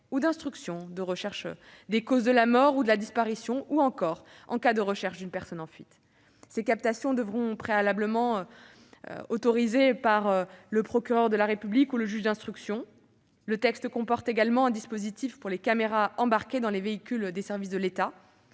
ou d'instruction de recherche des causes de la mort ou de la disparition, ou encore en cas de recherche d'une personne en fuite. Ces captations devront être préalablement autorisées par le procureur de la République ou le juge d'instruction. Le texte comporte également un dispositif pour les caméras embarquées dans les véhicules des services de l'État.